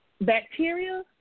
bacteria